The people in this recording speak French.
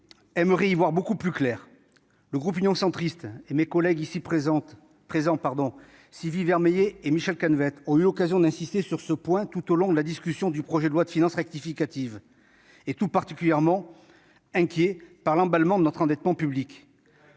y voir beaucoup plus clair. Le groupe Union Centriste et mes collègues ici présents Sylvie Vermeillet et Michel Canévet ont eu l'occasion d'insister sur ce point tout au long de la discussion du PLFR. Nous sommes tout particulièrement inquiets par l'emballement de notre endettement public.